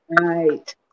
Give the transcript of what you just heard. Right